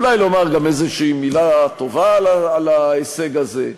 אולי לומר גם איזו מילה טובה על ההישג הזה.